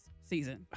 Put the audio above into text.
season